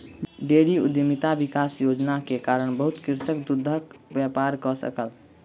dairy उद्यमिता विकास योजना के कारण बहुत कृषक दूधक व्यापार कय सकल